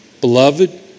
Beloved